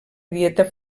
dieta